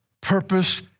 purpose